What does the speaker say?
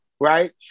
right